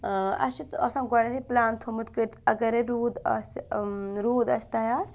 اَسہِ چھُ آسان گۄڈنٮ۪تھٕے پٕلان تھوٚمُت کٔرِتھ اگرَے روٗد آسہِ روٗد آسہِ تیار